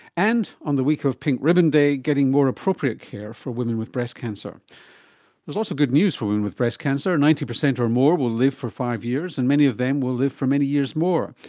and, on the week of pink ribbon day, getting more appropriate care for women with breast cancer. there is also good news for women with breast cancer, ninety percent or more will live for five years and many of them will live for many years more.